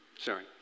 Sorry